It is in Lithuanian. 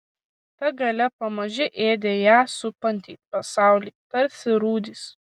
ta galia pamaži ėdė ją supantį pasaulį tarsi rūdys